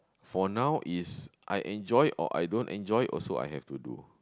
for now is I enjoy it or I don't enjoy it also I have to do